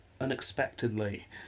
unexpectedly